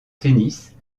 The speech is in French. tennis